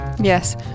yes